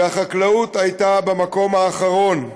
והחקלאות הייתה במקום האחרון.